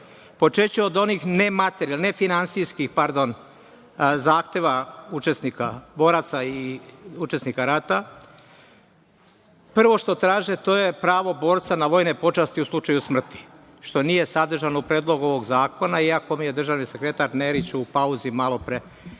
nematerijalnih, nefinansijskih pardon, zahteva učesnika boraca i učesnika rata. Prvo što traže to je pravo borca na vojne počasti u slučaju smrti, što nije sadržano u Predlogu ovog zakona, iako mi je državni sekretar Nerić u pauzi malopre